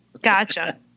Gotcha